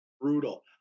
Brutal